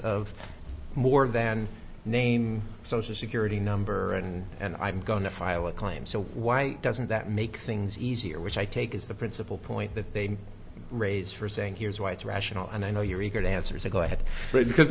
of more than name social security number and i'm going to file a claim so why doesn't that make things easier which i take as the principal point that they raise for saying here's why it's rational and i know you're eager to answer so go ahead because